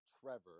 Trevor